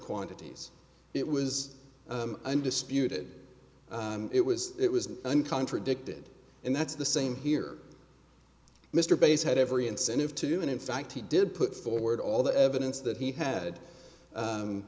quantities it was undisputed it was it was an contradicted and that's the same here mr bates had every incentive to do and in fact he did put forward all the evidence that he had